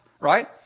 right